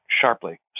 sharply